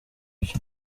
vyo